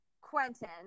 Quentin